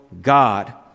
God